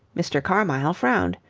mr. carmyle frowned.